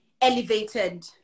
elevated